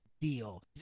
deal